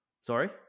Sorry